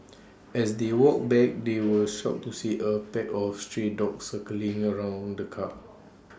as they walked back they were shocked to see A pack of stray dogs circling around the car